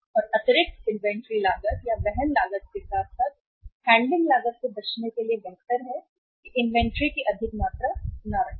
और अतिरिक्त इन्वेंट्री लागत या वहन लागत के साथ साथ हैंडलिंग लागत से बचने के लिए बेहतर है कि इन्वेंट्री की अधिक मात्रा न रखें